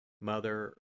Mother